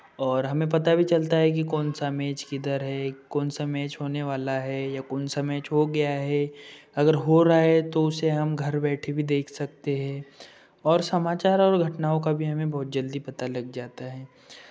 और हमें पता भी चलता है कि कौन सा मैच किधर है कौन सा मैच होने वाला है या कौन सा मैच हो गया है अगर हो रहा है तो उसे हम घर बैठे भी देख सकते हैं और समाचार और घटनाओं का भी हमें बहुत जल्दी पता लग जाता है